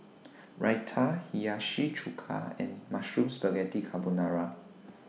Raita Hiyashi Chuka and Mushroom Spaghetti Carbonara